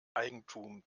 eigentum